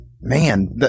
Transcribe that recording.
man